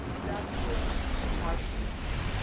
that's still parking fee.